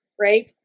right